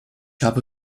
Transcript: habe